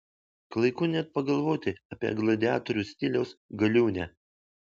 klaiku net pagalvoti apie gladiatorių stiliaus galiūnę